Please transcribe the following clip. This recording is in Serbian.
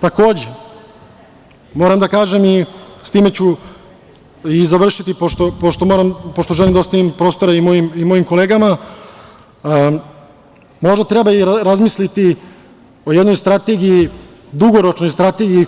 Takođe, moram da kažem, time ću i završiti, pošto želim da ostavim prostora i mojim kolegama, možda treba razmisliti i o jednoj strategiji, dugoročnoj strategiji,